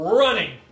running